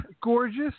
gorgeous